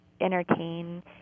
Entertain